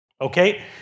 Okay